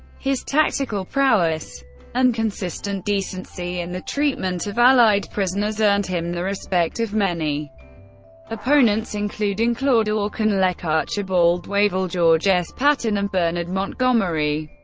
his tactical prowess and consistent decency in the treatment of allied prisoners earned him the respect of many opponents, including claude ah auchinleck, archibald wavell, george s. patton, and bernard montgomery.